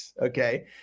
Okay